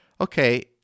Okay